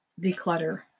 declutter